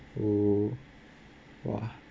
oh !wah!